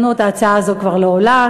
ההצעה הזאת כבר לא עולה,